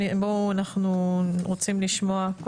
בואו אנחנו רוצים לשמוע.